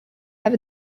have